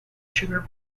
sugar